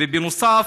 בנוסף,